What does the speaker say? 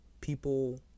People